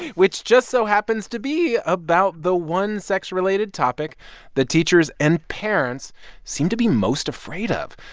which just so happens to be about the one sex-related topic that teachers and parents seem to be most afraid of.